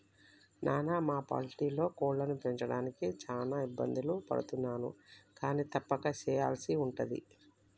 నాను మా పౌల్ట్రీలో కోళ్లను పెంచడానికి చాన ఇబ్బందులు పడుతున్నాను కానీ తప్పక సెయ్యల్సి ఉంటది